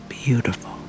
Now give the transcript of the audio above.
Beautiful